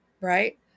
Right